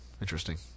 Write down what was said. interesting